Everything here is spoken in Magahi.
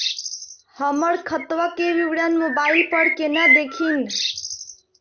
हमर खतवा के विवरण मोबाईल पर केना देखिन?